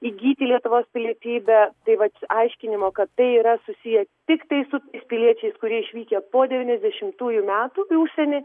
įgyti lietuvos pilietybę tai vat aiškinimo kad tai yra susiję tiktai su piliečiais kurie išvykę po devyniasdešimtųjų metų į užsienį